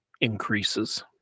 increases